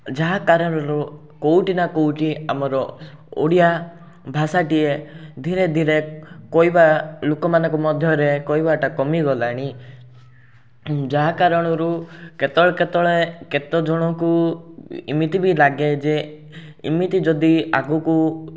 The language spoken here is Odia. ଯାହା କାରଣରୁ କେଉଁଠି ନା କେଉଁଠି ଆମର ଓଡ଼ିଆ ଭାଷାଟିଏ ଧିରେଧିରେ କହିବା ଲୋକମାନଙ୍କ ମଧ୍ୟରେ କହିବାଟା କମିଗଲାଣି ଯାହା କାରଣରୁ କେତେବେଳେ କେତେବେଳେ କେତେଜଣଙ୍କୁ ଏମିତି ବି ଲାଗେ ଯେ ଏମିତି ଯଦି ଆଗକୁ